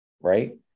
Right